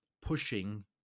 pushing